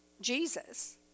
Jesus